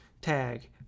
tag